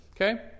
okay